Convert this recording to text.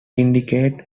indicate